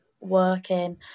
working